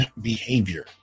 behavior